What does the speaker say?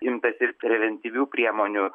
imtasi ir preventyvių priemonių